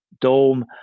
Dome